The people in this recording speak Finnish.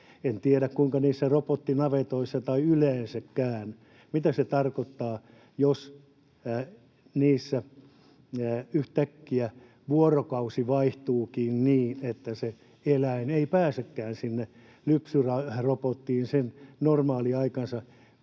En tiedä, mitä se niissä robottinavetoissa, tai yleensäkään, tarkoittaa, jos niissä yhtäkkiä vuorokausi vaihtuukin niin, että eläin ei pääsekään sinne lypsyrobottiin normaaliaikansa